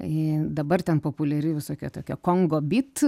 ji dabar ten populiari visokia tokia kongo byt